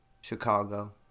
Chicago